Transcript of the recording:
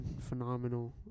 phenomenal